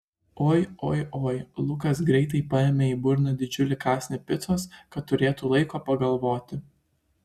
oi oi oi lukas greitai paėmė į burną didžiulį kąsnį picos kad turėtų laiko pagalvoti